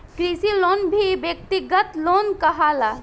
कृषि लोन भी व्यक्तिगत लोन कहाला